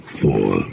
four